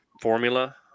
formula